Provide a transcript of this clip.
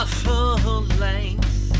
full-length